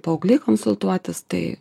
paaugliai konsultuotis tai